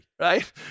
right